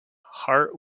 heart